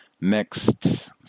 Next